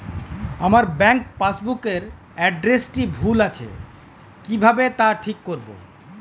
আমার bank passbook এর এড্রেসটি ভুল আছে কিভাবে তা ঠিক করবো?